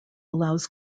allows